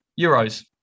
Euros